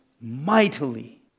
mightily